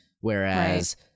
whereas